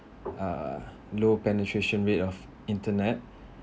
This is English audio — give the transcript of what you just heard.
uh low penetration rate of internet